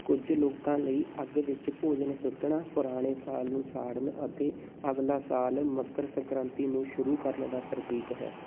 ਕੁੱਝ ਲੋਕਾਂ ਲਈ ਅੱਗ ਵਿੱਚ ਭੋਜਨ ਸੁੱਟਣਾ ਪੁਰਾਣੇ ਸਾਲ ਨੂੰ ਸਾੜਨ ਅਤੇ ਅਗਲਾ ਸਾਲ ਮਕਰ ਸੰਕ੍ਰਾਂਤੀ ਨੂੰ ਸ਼ੁਰੂ ਕਰਨ ਦਾ ਪ੍ਰਤੀਕ ਹੈ